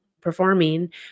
performing